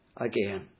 again